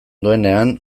duenean